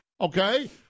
Okay